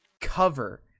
cover